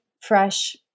fresh